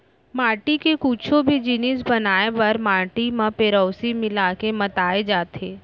माटी के कुछु भी जिनिस बनाए बर माटी म पेरौंसी मिला के मताए जाथे